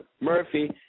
Murphy